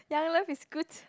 Young Love is good